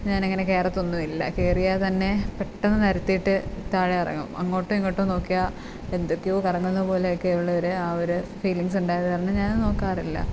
ഞാൻ അങ്ങനെ കയറത്തൊന്നും ഇല്ല കയറിയാൽ തന്നെ പെട്ടെന്ന് നിരത്തിയിട്ട് താഴെ ഇറങ്ങും അങ്ങോട്ടോ ഇങ്ങോട്ടോ നോക്കിയാൽ എന്തൊക്കെയോ കറങ്ങുന്നതുപോലെ ഒക്കെ ഉള്ളൊരു ആ ഒരു ഫീലിങ്ങ്സ് ഉണ്ടായത് കാരണം ഞാനത് നോക്കാറില്ല